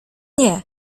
nie